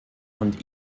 und